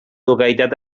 localitat